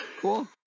Cool